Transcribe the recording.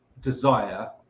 desire